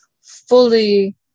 fully